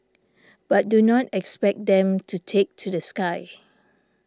but do not expect them to take to the sky